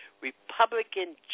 republican